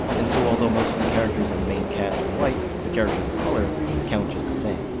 and so although most of the characters in the main cast are white, the characters of color count just the same.